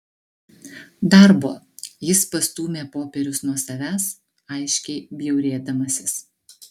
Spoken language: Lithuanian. darbo jis pastūmė popierius nuo savęs aiškiai bjaurėdamasis